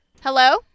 Hello